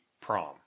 prom